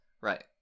Right